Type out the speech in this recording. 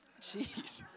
Jeez